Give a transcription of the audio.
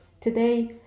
today